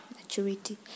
maturity